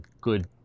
good